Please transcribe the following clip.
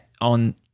on